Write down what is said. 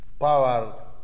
power